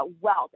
wealth